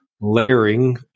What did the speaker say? layering